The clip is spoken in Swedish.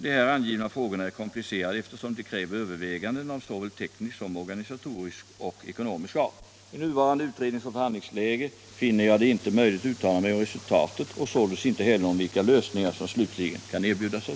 De här angivna frågorna är komplicerade eftersom de kräver överväganden av såväl teknisk som organisatorisk och ekonomisk art. I nuvarande utredningsoch förhandlingsläge finner jag det inte möjligt uttala mig om resultatet och således inte heller om vilka lösningar som slutligen kan erbjuda sig.